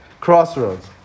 crossroads